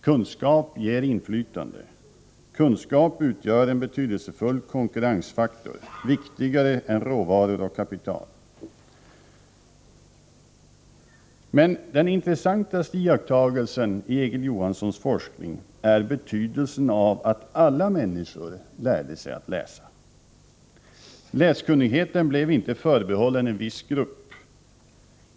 Kunskap ger inflytande. Kunskap utgör en betydelsefull konkurrensfaktor — viktigare än råvaror och kapital. Den intressantaste iakttagelsen i Egil Johanssons forskning är emellertid betydelsen av att alla människor lärde sig läsa. Läskunnigheten blev inte förbehållen en viss grupp.